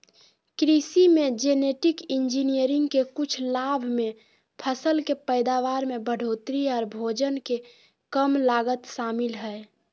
कृषि मे genetic engineering के कुछ लाभ मे फसल के पैदावार में बढ़ोतरी आर भोजन के कम लागत शामिल हय